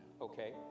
okay